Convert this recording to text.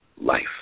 life